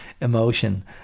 emotion